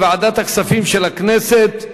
לוועדה שתקבע ועדת הכנסת נתקבלה.